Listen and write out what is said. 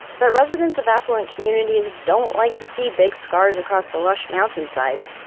but residents of affluent communities don't like to see big scars across the lush mountainsides,